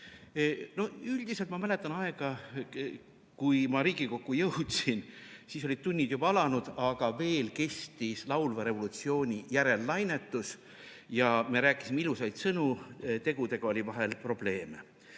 Üldiselt ma mäletan aega, kui ma Riigikokku jõudsin. Siis olid tunnid juba alanud, aga veel kestis laulva revolutsiooni järellainetus. Me rääkisime ilusaid sõnu, tegudega oli vahel probleeme.